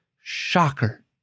shocker